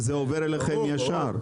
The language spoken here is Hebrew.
זה עובר אליכם ישר?